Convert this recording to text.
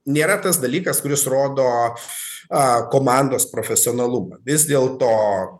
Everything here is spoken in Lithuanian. nėra tas dalykas kuris rodo a komandos profesionalumą vis dėl to